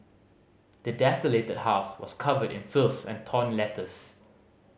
the desolated house was covered in filth and torn letters